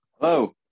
Hello